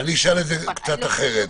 אני אשאל את זה קצת אחרת: